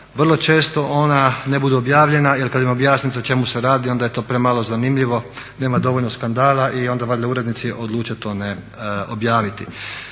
Vrlo često ona ne budu objavljena jer kad im objasnite o čemu se radi onda je to premalo zanimljivo, nema dovoljno skandala i onda valjda urednici odluče to ne objaviti.